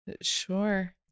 Sure